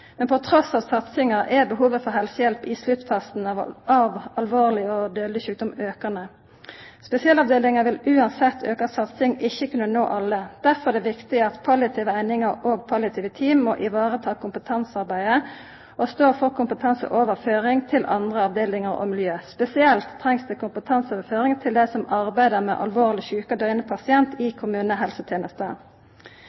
Men trass i satsinga er behovet for helsehjelp i sluttfasen av alvorleg og dødeleg sjukdom aukande. Spesialavdelingar vil trass i auka satsing ikkje kunna nå alle. Derfor er det viktig at palliative einingar og palliative team må vareta kompetansearbeidet og stå for kompetanseoverføring til andre avdelingar og miljø. Spesielt trengst det kompetanseoverføring til dei som arbeider med alvorleg sjuke og døyande pasientar i